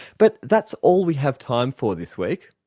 but that's all we have time for this week.